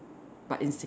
but in secret